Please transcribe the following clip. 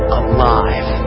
alive